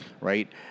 Right